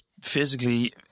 physically